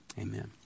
amen